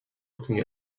looking